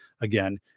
again